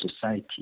society